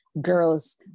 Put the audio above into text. girls